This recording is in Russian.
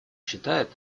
считает